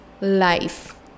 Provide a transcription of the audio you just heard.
life